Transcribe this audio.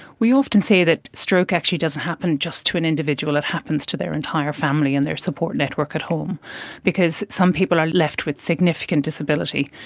we often say that stroke actually doesn't happen just to an individual, it happens to their entire family and their support network at home because some people are left with significant disability.